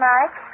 Mike